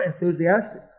enthusiastic